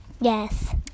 Yes